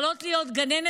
יכולות להיות גננות,